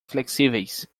flexíveis